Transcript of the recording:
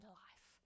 life